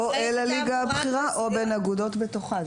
או אל הליגה הבכירה או בין אגודות בתוכה.